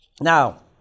Now